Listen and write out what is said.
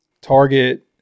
Target